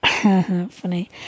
Funny